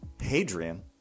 Hadrian